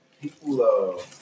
People